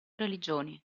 religioni